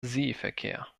seeverkehr